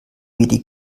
medi